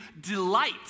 delight